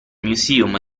museum